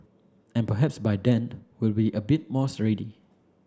and perhaps by then we will a bit more ready